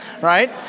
right